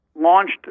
launched